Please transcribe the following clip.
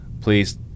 please